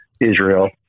Israel